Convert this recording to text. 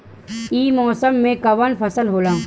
ई मौसम में कवन फसल होला?